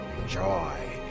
Enjoy